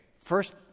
First